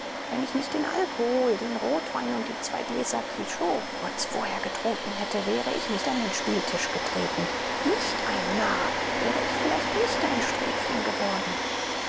wenn ich nicht den alkohol den rotwein und die zwei gläser cliquot kurz vorher getrunken hätte wäre ich nicht an den spieltisch getreten nicht ein narr wäre ich vielleicht nicht ein sträfling geworden